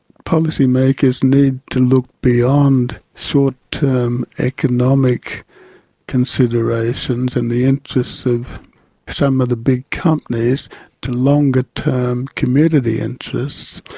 policymakers need to look beyond short-term economic considerations in the interests of some of the big companies to longer-term community interests.